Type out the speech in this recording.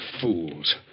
fools